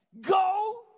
Go